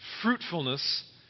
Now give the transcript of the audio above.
Fruitfulness